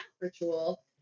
ritual